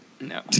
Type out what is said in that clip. No